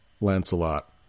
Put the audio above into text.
Lancelot